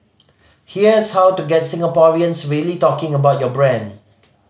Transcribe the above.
here's how to get Singaporeans really talking about your brand